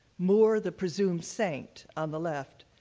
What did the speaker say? more, the presumed saint, on the left,